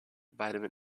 vitamin